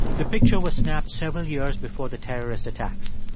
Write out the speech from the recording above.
the picture was snapped several years before the terrorist attacks.